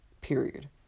Period